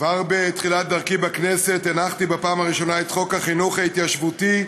כבר בתחילת דרכי בכנסת הנחתי בפעם הראשונה את חוק החינוך ההתיישבותי,